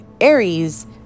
aries